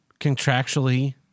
contractually